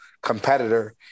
competitor